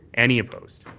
any opposed.